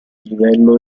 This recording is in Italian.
livello